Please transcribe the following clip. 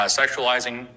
sexualizing